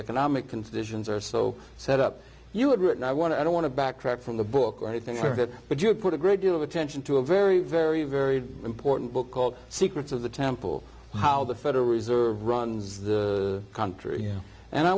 economic conditions are so set up you have written i want to i don't want to backtrack from the book or anything for that but you put a great deal of attention to a very very very important book called secrets of the temple how the federal reserve runs the country and i